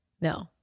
no